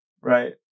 right